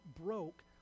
broke